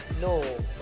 No